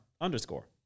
underscore